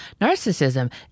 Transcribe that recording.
narcissism